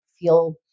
feel